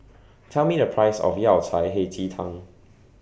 Tell Me The Price of Yao Cai Hei Ji Tang